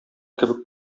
кебек